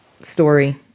story